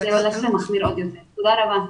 תודה רבה.